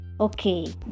Okay